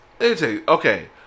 Okay